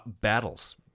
battles